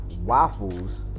waffles